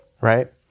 right